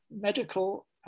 medical